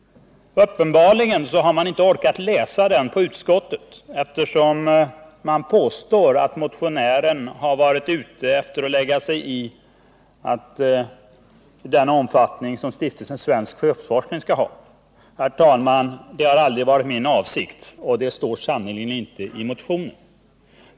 Uppenbarligen har man inte orkat läsa den inom utskottet, eftersom man påstår att motionären har varit ute efter att lägga sig i den omfattning som Stiftelsen Svensk sjöfartsforskning skall ha. Det har, herr talman, aldrig varit min avsikt, och det står sannerligen inte i motionen.